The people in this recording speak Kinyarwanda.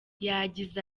yagize